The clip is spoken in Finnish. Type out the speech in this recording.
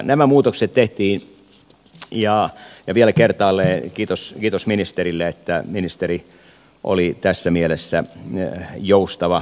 nämä muutokset tehtiin ja vielä kertaalleen kiitos ministerille että ministeri oli tässä mielessä joustava